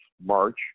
March